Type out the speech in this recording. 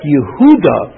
Yehuda